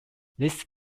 this